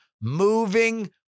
moving